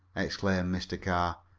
exclaimed mr. carr.